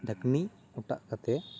ᱰᱷᱟᱠᱱᱤ ᱚᱴᱟᱜ ᱠᱟᱛᱮᱫ